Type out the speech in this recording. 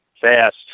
fast